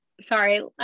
sorry